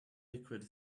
liquid